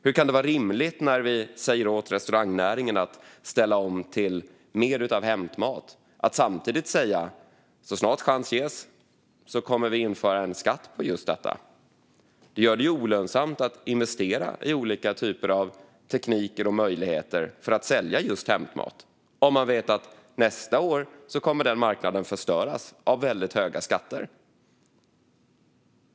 Hur kan det vara rimligt när vi säger åt restaurangnäringen att ställa om till mer av hämtmat att samtidigt säga att så snart chans ges kommer vi att införa en skatt på just detta? Det gör det olönsamt att investera i olika typer av tekniker och möjligheter för att sälja just hämtmat om man vet att nästa år kommer denna marknad att förstöras av väldigt höga skatter.